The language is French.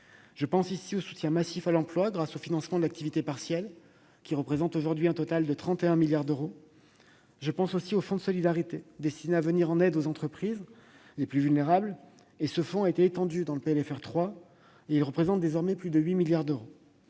en particulier, le soutien massif à l'emploi, grâce au financement de l'activité partielle, qui représente aujourd'hui un total de 31 milliards d'euros, et le fonds de solidarité, destiné à venir en aide aux entreprises les plus vulnérables et qui a été étendu dans le PLFR 3 pour représenter plus de 8 milliards d'euros.